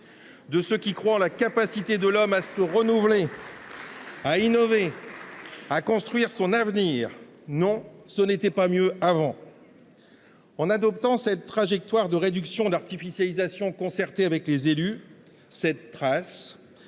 progrès, qui croient à la capacité de l’homme à se renouveler, à innover, à construire son avenir. Non, ce n’était pas mieux avant ! En adoptant cette trajectoire de réduction de l’artificialisation concertée avec les élus, vous ne